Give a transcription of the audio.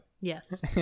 Yes